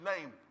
name